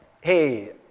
hey